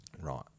Right